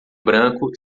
branco